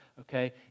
okay